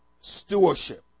stewardship